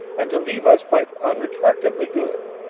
and to leave us quite unattractively good.